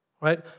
right